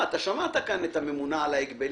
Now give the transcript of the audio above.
אתה שמעת כאן את הממונה על ההגבלים